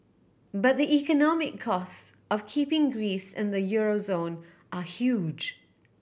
but the economic cost of keeping Greece in the euro zone are huge